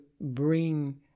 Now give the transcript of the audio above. bring